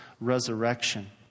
resurrection